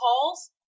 calls